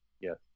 Yes